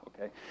okay